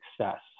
success